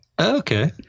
Okay